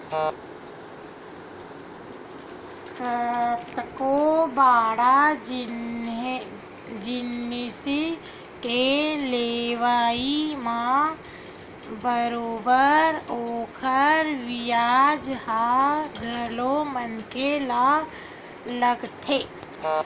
कतको बड़का जिनिस के लेवई म बरोबर ओखर बियाज ह घलो मनखे ल लगथे